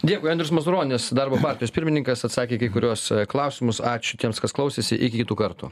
dėkui andrius mazuronis darbo partijos pirmininkas atsakė į kai kuriuos klausimus ačiū tiems kas klausėsi iki kitų kartų